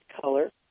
color